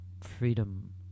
freedom